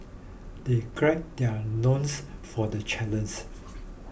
they gird their loins for the challenge